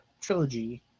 trilogy